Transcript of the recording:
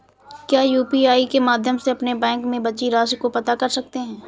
क्या यू.पी.आई के माध्यम से अपने बैंक में बची राशि को पता कर सकते हैं?